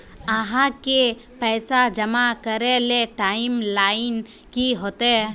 आहाँ के पैसा जमा करे ले टाइम लाइन की होते?